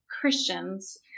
Christians